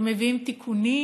שמביאים תיקונים